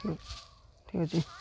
ଠିକ୍ ଠିକ୍ ଅଛି